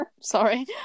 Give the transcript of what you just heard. Sorry